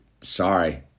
Sorry